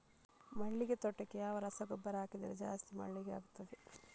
ಮಲ್ಲಿಗೆ ತೋಟಕ್ಕೆ ಯಾವ ರಸಗೊಬ್ಬರ ಹಾಕಿದರೆ ಜಾಸ್ತಿ ಮಲ್ಲಿಗೆ ಆಗುತ್ತದೆ?